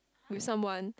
with someone